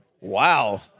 wow